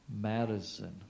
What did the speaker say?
Madison